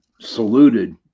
saluted